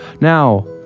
Now